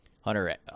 Hunter